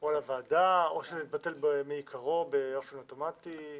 או לוועדה או שזה יתבטל מעיקרו באופן אוטומטי.